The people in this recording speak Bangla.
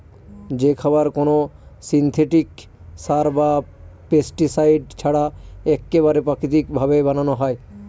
যে খাবার কোনো সিনথেটিক সার বা পেস্টিসাইড ছাড়া এক্কেবারে প্রাকৃতিক ভাবে বানানো হয়